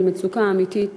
על מצוקה אמיתית